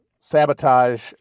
sabotage